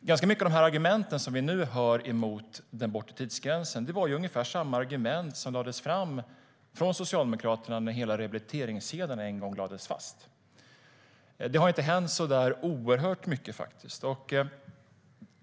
Ganska många av de argument som vi nu hör mot den bortre tidsgränsen var ungefär samma argument som hördes från Socialdemokraterna när rehabiliteringskedjan en gång lades fast. Det har inte hänt så mycket.